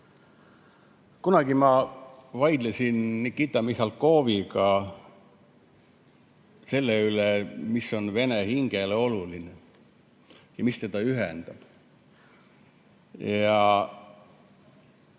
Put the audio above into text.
Kunagi ma vaidlesin Nikita Mihhalkoviga selle üle, mis on vene hingele oluline ja mis teda ühendab. Ja